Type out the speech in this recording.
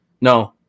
No